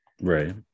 right